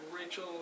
Rachel